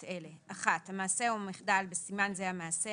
את אלה: המעשה או המחדל (בסימן זה המעשה),